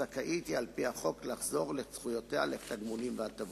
זכאית היא על-פי החוק לחזור לזכויותיה לתגמולים והטבות.